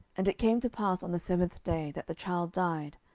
and it came to pass on the seventh day, that the child died.